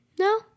No